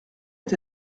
est